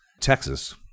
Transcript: Texas